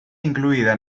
incluida